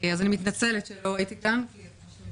אני מתנצלת שלא הייתי כאן כי פשוט הייתי